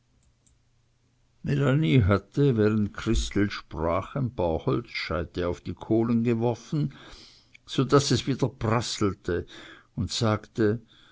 hatte während christel sprach ein paar holzscheite auf die kohlen geworfen so daß es wieder prasselte und sagte